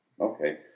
Okay